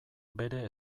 bere